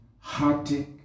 heartache